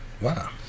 wow